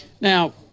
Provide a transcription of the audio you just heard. Now